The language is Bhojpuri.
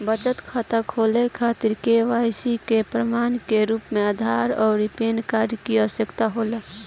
बचत खाता खोले खातिर के.वाइ.सी के प्रमाण के रूप में आधार आउर पैन कार्ड की आवश्यकता होला